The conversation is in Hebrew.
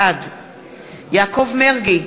בעד יעקב מרגי,